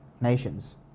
nations